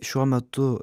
šiuo metu